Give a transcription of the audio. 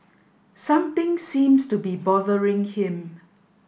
something seems to be bothering him